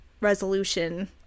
resolution